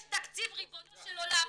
יש תקציב ריבונו של עולם,